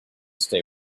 stay